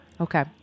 Okay